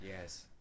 yes